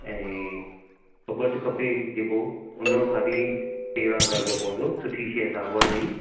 ऐं कॿटु खपे जेको उन जो साढी तेरहं हज़ार रुपया पवंदो सुठी शइ सागवान जी